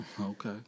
Okay